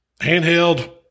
Handheld